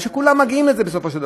כי כולם מגיעים לזה בסופו של דבר.